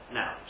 now